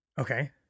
Okay